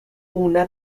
una